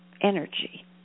energy